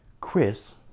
Chris